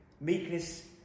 meekness